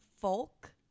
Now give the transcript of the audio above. Folk